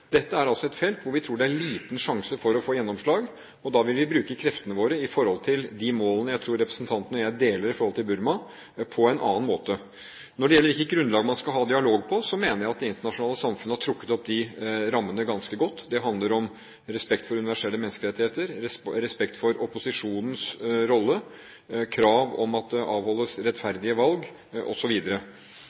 Dette er altså et felt hvor vi tror det er liten sjanse for å få gjennomslag, og da vil vi bruke kreftene våre med hensyn til de målene jeg tror representanten og jeg deler i forhold til Burma, på en annen måte. Når det gjelder hvilket grunnlag man skal ha dialog på, mener jeg at det internasjonale samfunnet har trukket opp de rammene ganske godt. Det handler om respekt for universelle menneskerettigheter, respekt for opposisjonens rolle, krav om at det avholdes rettferdige valg